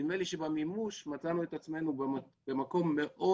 נדמה לי שבמימוש מצאנו את עצמנו במקום מאוד-מאוד